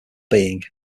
being